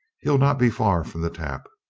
he'll not be far from the tap.